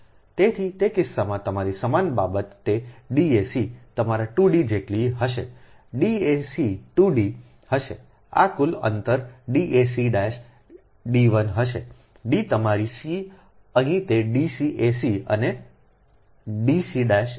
તેથી તે કિસ્સામાં તમારી સમાન બાબત તે dac તમારા 2 D જેટલી હશે dac 2 D હશે આ કુલ અંતર dac' d1 હશે D તમારી c અહીં તે dcac અને dc'a' છે